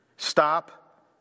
Stop